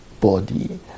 body